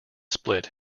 split